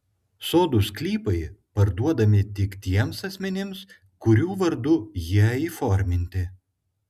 sodų sklypai parduodami tik tiems asmenims kurių vardu jie įforminti